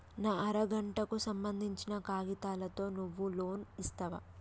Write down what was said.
నా అర గంటకు సంబందించిన కాగితాలతో నువ్వు లోన్ ఇస్తవా?